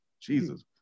Jesus